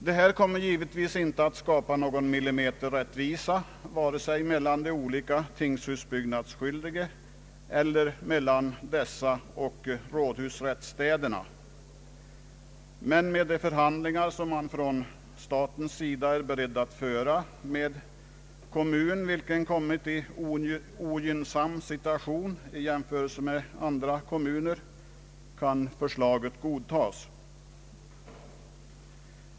Detta kommer givetvis inte att skapa någon millimeterrättvisa, vare sig mellan de olika tingshusbyggnadsskyldige eller mellan dessa och rådhusrättsstäderna. Men med hänsyn till de förhandlingar som man från statens sida är beredd att föra med kommun, vilken kommit i ogynnsam situation i jämförelse med andra kommuner, kan förslaget godtagas.